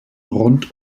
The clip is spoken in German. rund